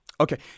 Okay